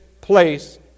place